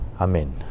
Amen